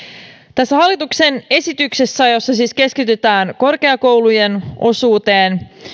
tässä hallituksen esityksessä jossa siis keskitytään korkeakoulujen osuuteen